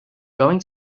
going